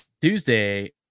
tuesday